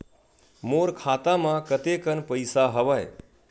मोर खाता म कतेकन पईसा हवय?